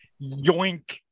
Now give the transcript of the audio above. yoink